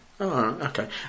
Okay